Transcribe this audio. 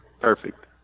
Perfect